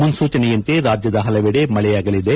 ಮುನ್ನೂಚನೆಯಂತೆ ರಾಜ್ಯದ ಪಲವೆಡೆ ಮಳೆಯಾಗಲಿದೆ